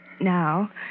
now